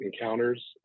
encounters